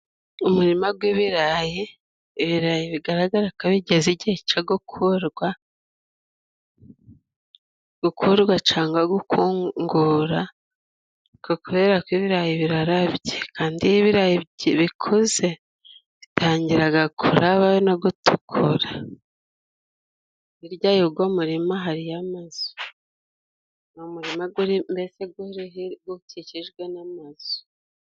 Umurima gw'ibirayi. Ibirayi bigaragara ko bigeze igihe cyo gukurwa. Gukurwa cangwa gukungura kubera ko ibirayi birarabye, kandi iyo ibirayi bikuze bitangira kuraba no gutukura. Hirya yugo murima hariyo amazu. Ni umurima mbese gukikijwe n'amazu.